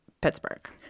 Pittsburgh